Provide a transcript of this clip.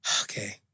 okay